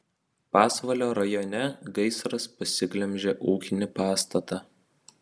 pasvalio rajone gaisras pasiglemžė ūkinį pastatą